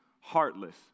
heartless